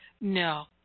no